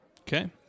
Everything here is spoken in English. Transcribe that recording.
Okay